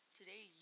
Today